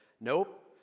nope